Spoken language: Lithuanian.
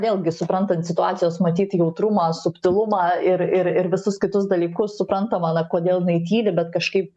vėlgi suprantant situacijos matyt jautrumą subtilumą ir ir ir visus kitus dalykus suprantama na kodėl jinai tyli bet kažkaip